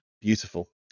Beautiful